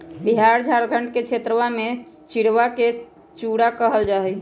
बिहार झारखंड के क्षेत्रवा में चिड़वा के चूड़ा कहल जाहई